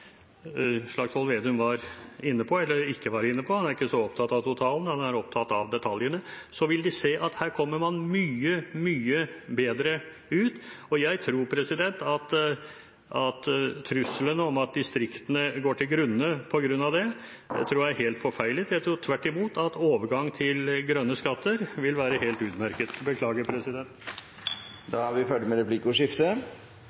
Slagsvold Vedum var inne på – eller ikke var inne på, han er ikke så opptatt av totalen, han er opptatt av detaljene – vil de se at her kommer man mye, mye bedre ut. Jeg tror at trusselen om at distriktene går til grunne på grunn av det, er helt forfeilet. Jeg tror tvert imot at overgang til grønne skatter vil være helt utmerket. Replikkordskiftet er